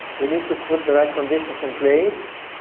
we need to put the right conditions in place.